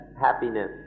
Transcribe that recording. happiness